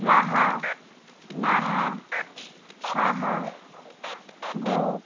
Raha Naha Saha গোঁপ